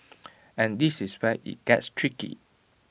and this is where IT gets tricky